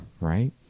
right